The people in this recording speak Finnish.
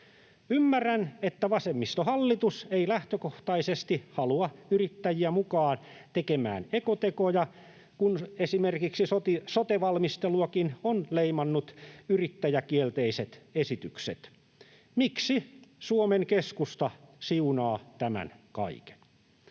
Ymmärrän, että vasemmistohallitus ei lähtökohtaisesti halua yrittäjiä mukaan tekemään ekotekoja, kun esimerkiksi sote-valmisteluakin ovat leimanneet yrittäjäkielteiset esitykset. Miksi Suomen Keskusta siunaa tämän kaiken?